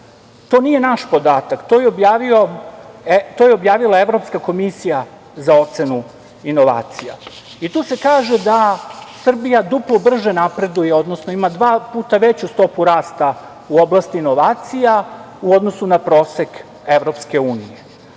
To nije naš podatak to je objavila Evropska komisija za ocenu inovacija. Tu se kaže da Srbija duplo brže napreduje, odnosno ima dva puta veću stopu rasta u oblasti inovacija u odnosu na prosek EU. Ubedljivo